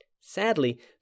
Sadly